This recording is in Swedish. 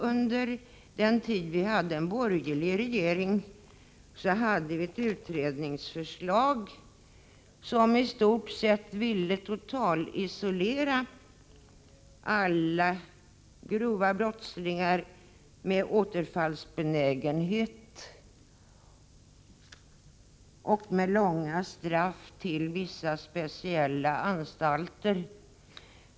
Under den borgerliga regeringstiden framlades ett utredningsförslag enligt vilket alla grova brottslingar med återfallsbenägenhet och med långa straff skulle i stort sett totalisoleras på vissa speciella anstalter.